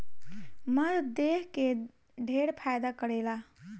मध देह के ढेर फायदा करेला